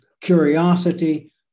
curiosity